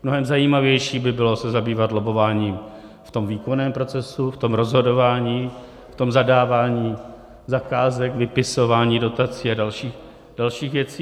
Mnohem zajímavější by bylo se zabývat lobbováním v tom výkonném procesu, v tom rozhodování, v tom zadávání zakázek, vypisování dotací a dalších věcí.